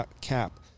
cap